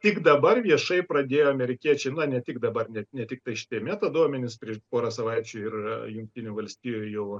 tik dabar viešai pradėjo amerikiečiai na ne tik dabar net ne tiktai šitie metaduomenys prieš porą savaičių ir jungtinių valstijų